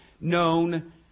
known